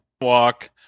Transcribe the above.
walk